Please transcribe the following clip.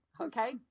Okay